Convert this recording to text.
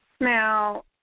Now